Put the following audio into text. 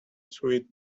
suite